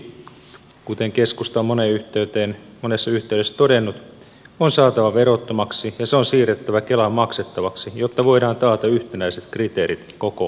omaishoidon tuki kuten keskusta on monessa yhteydessä todennut on saatava verottomaksi ja se on siirrettävä kelan maksettavaksi jotta voidaan taata yhtenäiset kriteerit koko maahan